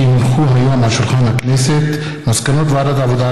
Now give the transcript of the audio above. כי הונחו היום על שולחן הכנסת מסקנות ועדת העבודה,